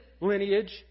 Lineage